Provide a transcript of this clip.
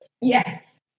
Yes